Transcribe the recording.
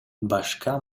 башка